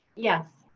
yes.